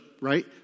right